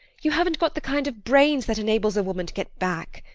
you haven't got the kind of brains that enables a woman to get back.